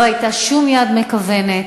לא הייתה שום יד מכוונת.